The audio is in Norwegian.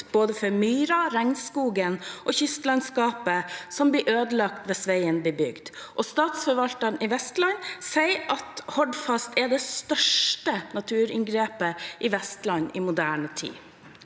både myra, regnskogen og kystlandskapet, som blir ødelagt hvis veien blir bygd, og Statsforvalteren i Vestland sier at Hordfast er det største naturinngrepet i Vestland i moderne tid.